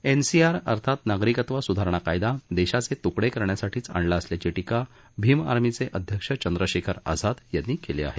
NCR अर्थात नागरिकत्व सुधारणा कायदा देशाचे तुकडे करण्यासाठीच आणला असल्याची टीका भीम आर्मीचे अध्यक्ष चंद्रशेखर आझाद यांनी केली आहे